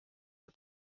for